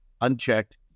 unchecked